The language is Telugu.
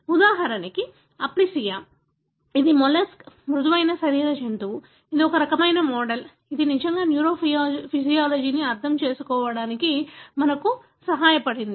ఉదాహరణకు అప్లిసియా ఇది మొలస్క్ మృదువైన శరీర జంతువు ఇది ఒక రకమైన మోడల్ ఇది నిజంగా న్యూరోఫిజియాలజీని అర్థం చేసుకోవడానికి మనకు సహాయపడింది